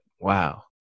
Wow